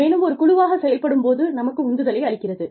மேலும் ஒரு குழுவாகச் செயல்படும் போது நமக்கு உந்துதலை அளிக்கிறது